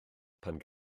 pan